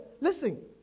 Listen